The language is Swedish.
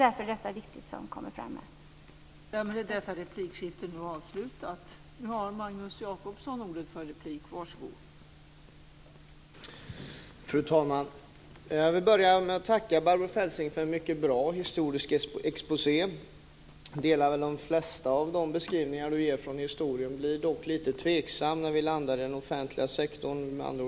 Därför är det som kommer fram här viktigt.